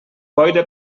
boira